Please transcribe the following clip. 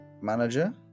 manager